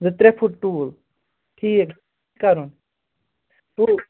زٕ ترٛےٚ foot tool ٹھیٖک کَرُن تو